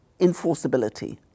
enforceability